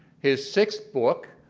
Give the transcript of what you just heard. his sixth book,